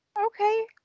Okay